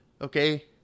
okay